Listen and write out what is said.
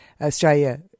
Australia